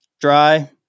dry